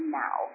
now